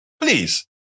Please